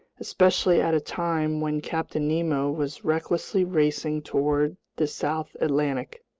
especially at a time when captain nemo was recklessly racing toward the south atlantic!